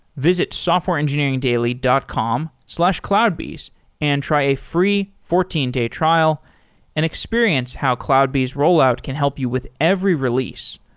visit softwareengineeringdaily dot com slash cloudbees and try a free fourteen day trial and experience how cloudbees rollout can help you with every release.